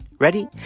Ready